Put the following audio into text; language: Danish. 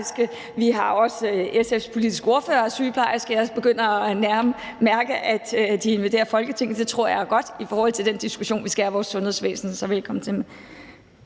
SF's politiske ordfører er også sygeplejerske, og jeg begynder at mærke, at de invaderer Folketinget, og det tror jeg er godt i forhold til den diskussion, vi skal have af vores sundhedsvæsen. Så velkommen til.